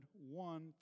one